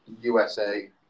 USA